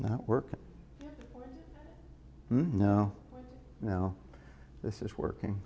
not work no no this is working